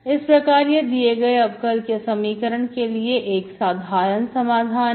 इस प्रकार यह दिए गए अवकल समीकरण के लिए एक साधारण समाधान है